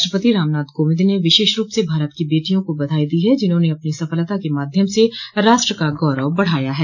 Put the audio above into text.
राष्ट्रपति रामनाथ कोविंद ने विशष रूप से भारत की बेटियों को बधाई दी है जिन्होंने अपनी सफलता के माध्यम से राष्ट्र का गौरव बढ़ाया है